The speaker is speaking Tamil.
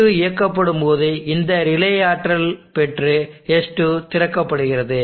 Q2 இயக்கப்படும்போது இந்த ரிலே ஆற்றல் பெற்று S2 திறக்கப்படுகிறது